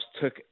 took